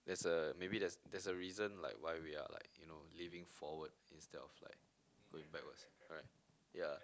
there's a maybe there's there's a reason like why we are like you know living forward instead of like going backwards correct yeah